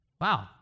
wow